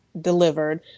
delivered